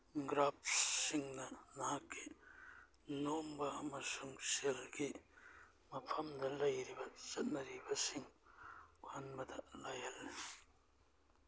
ꯒ꯭ꯔꯥꯞꯁꯤꯡꯅ ꯅꯍꯥꯛꯀꯤ ꯅꯣꯝꯕ ꯑꯃꯁꯨꯡ ꯁꯦꯜꯒꯤ ꯃꯐꯝꯗ ꯂꯩꯔꯤꯕ ꯆꯠꯅꯔꯤꯕꯁꯤꯡ ꯎꯍꯟꯕꯗ ꯂꯥꯏꯍꯜꯂꯤ